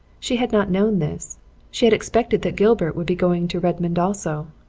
she had not known this she had expected that gilbert would be going to redmond also.